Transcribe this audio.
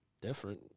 different